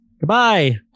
Goodbye